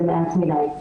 זה מעט מידי,